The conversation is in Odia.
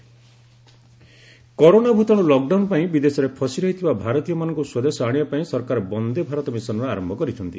ଇଭାକୁଏସନ୍ କରୋନା ଭୂତାଣୁ ଲକଡାଉନ ପାଇଁ ବିଦେଶରେ ଫସି ରହିଥିବା ଭାରତୀୟମାନଙ୍କୁ ସ୍ୱଦେଶ ଆଶିବା ପାଇଁ ସରକାର ବନ୍ଦେ ଭାରତ ମିଶନର ଆରମ୍ଭ କରିଛନ୍ତି